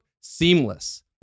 seamless